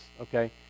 Okay